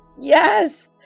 Yes